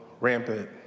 rampant